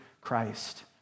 Christ